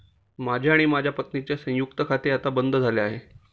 माझे आणि माझ्या पत्नीचे संयुक्त खाते आता बंद झाले आहे